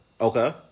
Okay